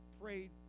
prayed